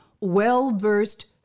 well-versed